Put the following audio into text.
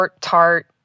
tart